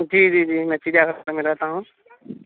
جی جی جی میں چڑیا گھر میں رہتا ہوں